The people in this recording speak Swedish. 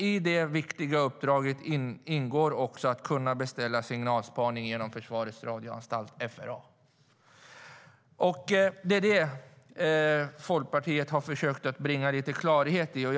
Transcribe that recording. I detta viktiga uppdrag ingår att kunna beställa signalspaning genom Försvarets radioanstalt, FRA.Folkpartiet har försökt bringa klarhet i detta.